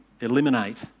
eliminate